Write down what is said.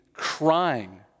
crying